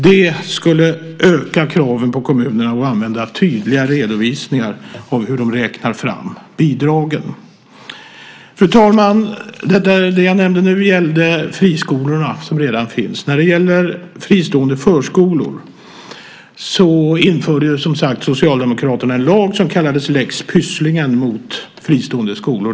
Det skulle öka kraven på kommunerna att använda tydliga redovisningar av hur de räknar fram bidragen. Fru talman! Det jag nämnde nu gällde friskolorna, som redan finns. När det gäller fristående förskolor införde som sagt Socialdemokraterna en lag mot sådana som kallades lex Pysslingen.